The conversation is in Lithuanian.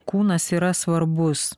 kūnas yra svarbus